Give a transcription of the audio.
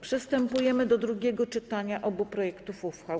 Przystępujemy do drugiego czytania obu projektów uchwał.